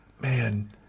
man